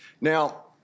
Now